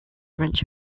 wrench